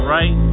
Right